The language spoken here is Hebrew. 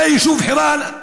הרי היישוב חירן,